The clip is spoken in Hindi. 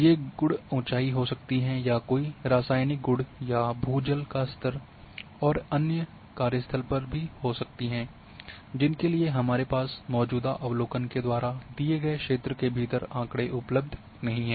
ये गुण ऊँचाई हो सकती हैं या कोई रासायनिक गुण या भू जल का स्तर और अन्य नमूनारहित कार्यस्थल पर हो सकती हैं जिनके लिए हमारे पास मौजूदा अवलोकन के द्वारा दिए गए क्षेत्र के भीतर आँकड़े उपलब्ध नहीं है